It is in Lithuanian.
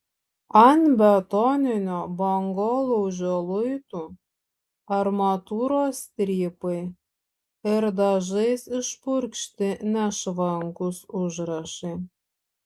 ant betoninio bangolaužio luitų armatūros strypai ir dažais išpurkšti nešvankūs užrašai